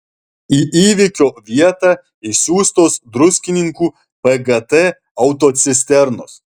į įvykio vietą išsiųstos druskininkų pgt autocisternos